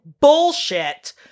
bullshit